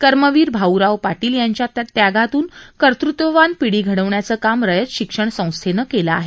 कर्मवीर भाऊराव पाटील यांच्या त्यागातून कर्तत्ववान पिढी घडविण्याचं काम रयत शिक्षण संस्थेनं केलं आहे